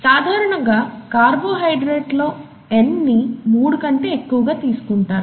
సాధారణంగా కార్బోహైడ్రేట్ లో n ని మూడు కంటే ఎక్కువగా తీసుకుంటారు